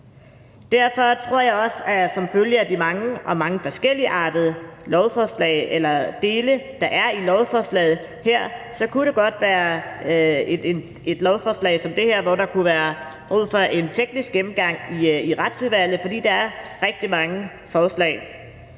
Derfor tror jeg også, at der – som følge af de mange og mange forskelligartede dele, der er i et lovforslag som det her – godt kunne være brug for en teknisk gennemgang i Retsudvalget, fordi der er rigtig mange forslag.